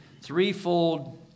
threefold